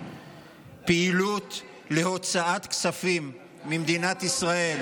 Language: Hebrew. פעילות להוצאת כספים ממדינת ישראל,